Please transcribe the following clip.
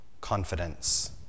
confidence